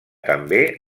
també